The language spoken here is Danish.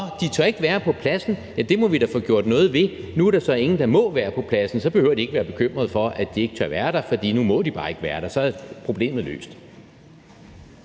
de tør ikke at være på pladsen, det må vi da få gjort noget ved; nu er der så ingen, der må være på pladsen, og så behøver de ikke at være bekymret for, at de ikke tør at være der, for nu må de bare ikke være der, og så er problemet løst.